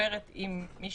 מדברת עם מי